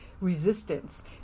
resistance